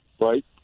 right